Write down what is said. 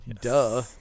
duh